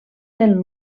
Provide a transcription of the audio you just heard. del